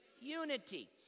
unity